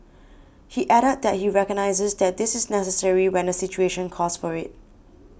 he added that he recognises that this is necessary when the situation calls for it